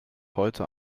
heute